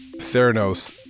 Theranos